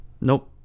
Nope